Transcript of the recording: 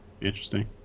Interesting